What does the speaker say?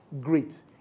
great